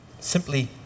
simply